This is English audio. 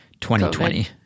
2020